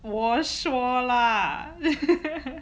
我说啦